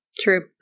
True